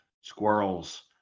squirrels